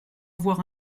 avoir